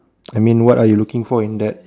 I mean what are you looking for in that uh